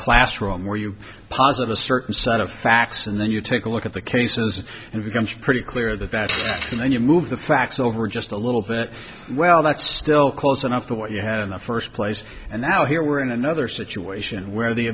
classroom where you posit a certain set of facts and then you take a look at the cases and becomes pretty clear that that question then you move the facts over just a little bit well that's still close enough to what you had in the first place and now here we are in another situation where the